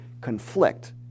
conflict